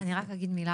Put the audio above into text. אז אני רק אגיד מילה